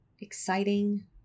exciting